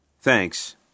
Thanks